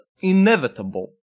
inevitable